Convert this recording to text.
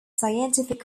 scientific